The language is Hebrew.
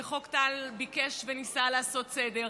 וחוק טל ביקש וניסה לעשות סדר,